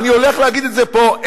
אני הולך להגיד את זה פה.